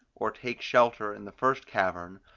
or take shelter in the first cavern,